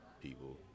people